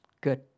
good